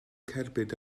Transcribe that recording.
cerbyd